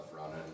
running